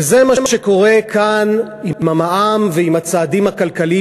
וזה מה שקורה כאן עם המע"מ ועם הצעדים הכלכליים,